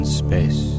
space